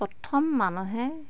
প্ৰথম মানুহে